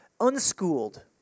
unschooled